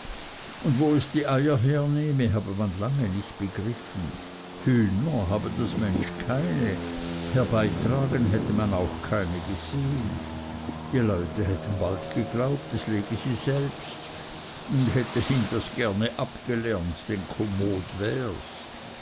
und wo es die eier hernehme habe man lange nicht begriffen hühner habe das mensch keine herbeitragen hätte man auch keine gesehen die leute hätten bald geglaubt es lege sie selbst und hätten ihm das gerne abgelernt denn kommode wärs